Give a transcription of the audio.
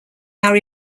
are